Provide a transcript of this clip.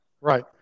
Right